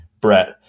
Brett